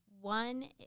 One